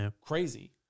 crazy